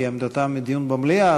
כי עמדתם היא דיון במליאה,